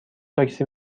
تاکسی